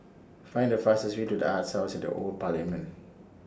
Find The fastest Way to The Arts House At The Old Parliament